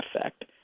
effect